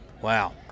Wow